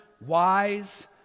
wise